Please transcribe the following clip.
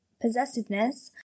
possessiveness